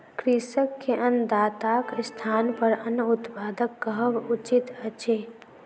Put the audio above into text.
कृषक के अन्नदाताक स्थानपर अन्न उत्पादक कहब उचित अछि